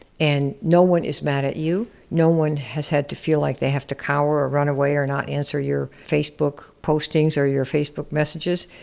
and no one is mad at you. no one has had to feel like they have to cower or run away or not answer your facebook postings or your facebook messages,